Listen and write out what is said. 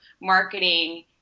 marketing